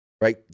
Right